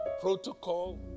protocol